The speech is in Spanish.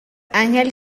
ángel